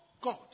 God